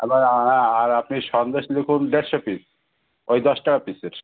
এবার হ্যাঁ আর আপনি সন্দেশ লিখুন দেড়শো পিস ওই দশ টাকা পিসের